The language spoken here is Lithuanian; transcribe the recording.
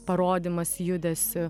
parodymas judesiu